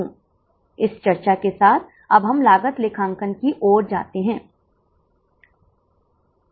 ने कुछ छात्रों को रियायती शुल्क पर नगर निगम स्कूल से लेने का फैसला किया है